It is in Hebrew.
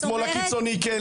לשמאל הקיצוני כן,